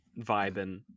vibing